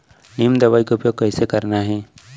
नीम दवई के उपयोग कइसे करना है?